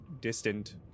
distant